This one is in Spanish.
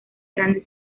grandes